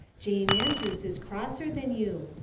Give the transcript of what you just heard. jane andrews is crosser than you.